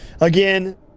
again